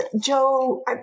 Joe